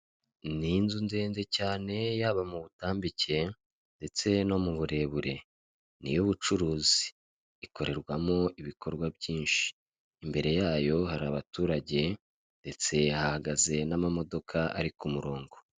Ni inzu ndende cyane, yaba mu butambike ndetse no mu burebure. Ni iy'ubucuruzi! Ikorerwamo ibikorwa byinshi. Imbere yayo hari abaturage, ndetse hahagaze n'amamodoka ari ku murongo.